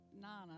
Nana